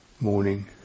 morning